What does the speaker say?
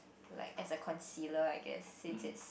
like as a concealer I guess since it's